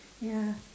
ya